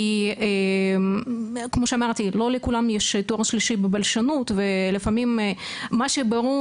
כי כמו שאמרתי לא לכולם יש תואר שלישי בבלשנות ולפעמים מה שברור